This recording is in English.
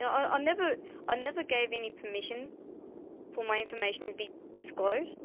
um ah never ah never gave any permission for my information to be disclosed,